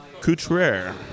Couture